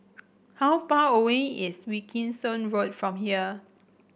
how far away is Wilkinson Road from here